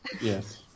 Yes